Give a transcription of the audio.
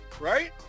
Right